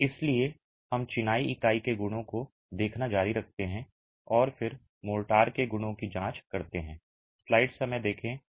इसलिए हम चिनाई इकाई के गुणों को देखना जारी रखते हैं और फिर मोर्टार के गुणों की जांच करते हैं